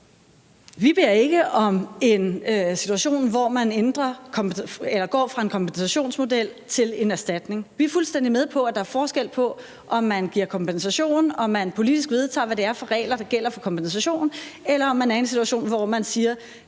Vi beder ikke om en situation, hvor man går fra en kompensationsmodel til erstatning. Vi er fuldstændig med på, at der er forskel på, om man giver kompensation, altså om man politisk vedtager, hvad det er for nogle regler, der gælder for kompensation, eller om man er i en situation, hvor man siger,